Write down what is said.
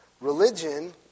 religion